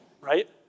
right